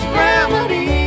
remedy